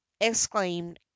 exclaimed